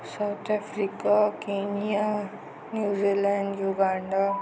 South Africa Kenya New Zealand Uganda